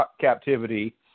captivity